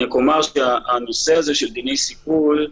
רק אומר שנושא דיני סיכול,